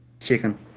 Chicken